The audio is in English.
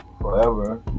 forever